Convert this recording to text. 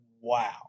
Wow